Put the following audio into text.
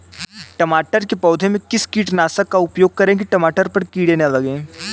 टमाटर के पौधे में किस कीटनाशक का उपयोग करें कि टमाटर पर कीड़े न लगें?